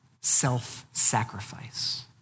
self-sacrifice